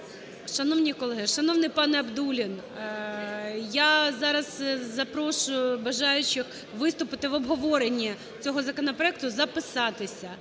Шановні колеги! Шановний пане Абдуллін! Я зараз запрошую бажаючих виступити в обговоренні цього законопроекту записатися.